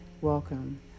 welcome